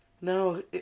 no